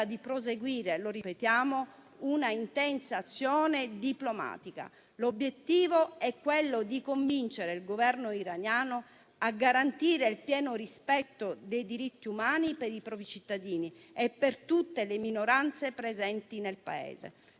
di proseguire un'intensa azione diplomatica. L'obiettivo è convincere il Governo iraniano a garantire il pieno rispetto dei diritti umani per i propri cittadini e per tutte le minoranze presenti nel Paese.